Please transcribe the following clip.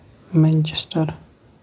Manchester